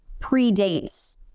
predates